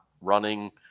running